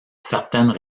certaines